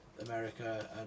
America